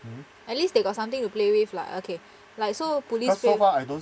at least they got something to play with lah okay like so police